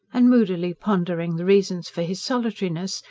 and moodily pondering the reasons for his solitariness,